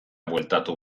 bueltatu